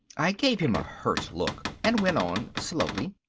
i gave him a hurt look and went on slowly.